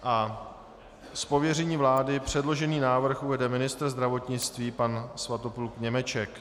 Z pověření vlády předložený návrh uvede ministr zdravotnictví pan Svatopluk Němeček.